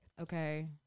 Okay